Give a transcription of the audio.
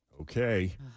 Okay